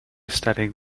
studying